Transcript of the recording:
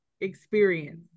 experience